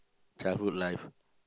childhood life